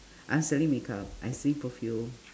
I'm selling make-up I sell perfume